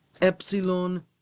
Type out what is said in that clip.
epsilon